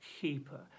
keeper